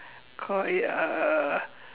call it a